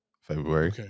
february